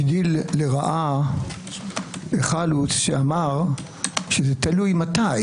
הגדיל לרעה חלוץ שאמר שזה תלוי מתי.